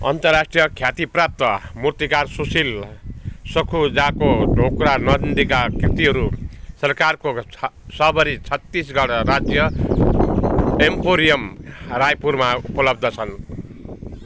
अन्तर्राष्ट्रिय ख्यातिप्राप्त मूर्तिकार सुशील सखुजाको ढोक्रा नन्दीका कृतिहरू सरकारको छ शबरी छत्तीसगढ राज्य एम्पोरियम रायपुरमा उपलब्ध छन्